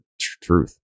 truth